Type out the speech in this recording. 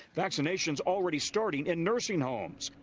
vaccinations already starting in nursing homes.